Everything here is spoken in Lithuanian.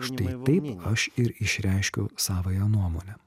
štai taip aš ir išreiškiu savąją nuomonę